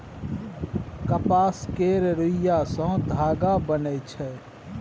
कपास केर रूइया सँ धागा बनइ छै